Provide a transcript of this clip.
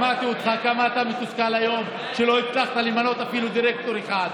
שמעתי אותך היום כמה אתה מתוסכל שלא הצלחת למנות אפילו דירקטור אחד.